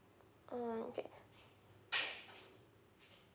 mm okay